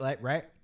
Right